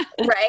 right